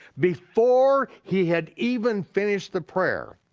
before he had even finished the prayer,